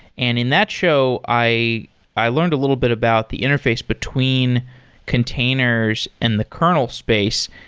and in that show, i i learned a little bit about the interface between containers and the kernel space.